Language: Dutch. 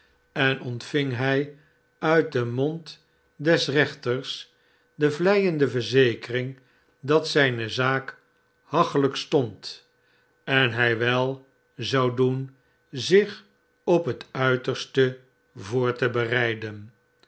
en ontving hij nit den mond des reenters de vleiendeverzekering dat zijne zaak hachelijk stond en hi wel zou doen zich op het uiterste voor te bereiden